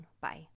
Bye